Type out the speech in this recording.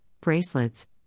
bracelets